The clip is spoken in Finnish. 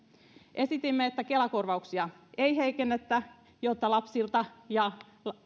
esitimme että kela korvauksia ei heikennetä jotta lapsilta ja